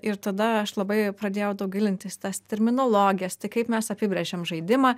ir tada aš labai pradėjau gilintis į tas terminologijos tai kaip mes apibrėžiam žaidimą